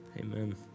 Amen